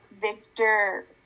Victor